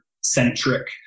centric